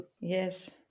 Yes